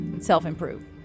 self-improve